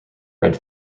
red